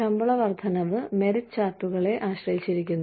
ശമ്പള വർദ്ധനവ് മെറിറ്റ് ചാർട്ടുകളെ ആശ്രയിച്ചിരിക്കുന്നു